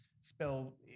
spell